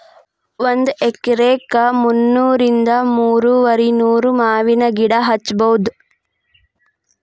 ಒಂದ ಎಕರೆಕ ಮುನ್ನೂರಿಂದ ಮೂರುವರಿನೂರ ಮಾವಿನ ಗಿಡಾ ಹಚ್ಚಬೌದ